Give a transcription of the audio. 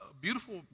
beautiful